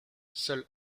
seul